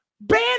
ban